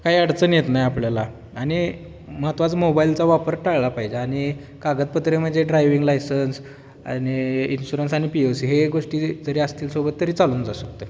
काही अडचण येत नाही आपल्याला आणि महत्त्वाचा मोबाईलचा वापर टाळला पाहिजे आणि कागदपत्रे म्हणजे ड्रायविंग लायसन्स आणि इन्शुरन्स आणि पी यू सी हे गोष्टी जरी असतील सोबत तरी चालून जाऊ शकतं